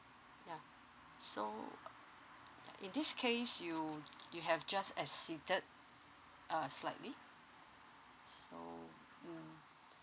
ya so in this case you you have just exceeded a slightly so mm